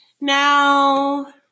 Now